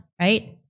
right